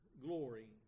glory